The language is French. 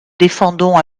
défendons